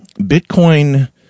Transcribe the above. Bitcoin